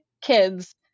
kids